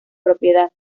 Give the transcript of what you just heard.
propiedad